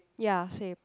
ya same